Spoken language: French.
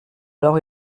alors